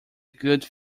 good